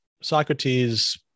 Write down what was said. Socrates